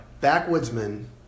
Backwoodsman